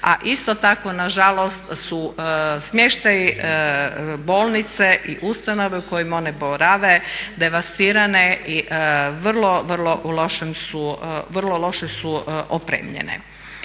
A isto tako nažalost, su smještaji, bolnice i ustanove u kojem one borave devastirane i vrlo, vrlo loše su opremljene.